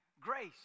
grace